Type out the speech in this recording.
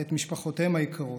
ואת משפחותיהם היקרות.